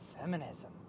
feminism